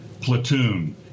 platoon